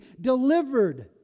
delivered